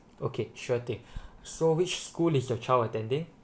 okay sure thing so which school is your child attending